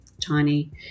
tiny